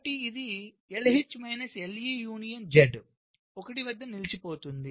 కాబట్టి ఇది LH minus LE union Z 1 వద్ద నిలిచిపోతుంది